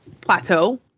plateau